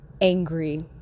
angry